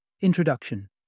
Introduction